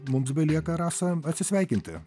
mums belieka rasa atsisveikinti